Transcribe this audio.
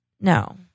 No